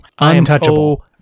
untouchable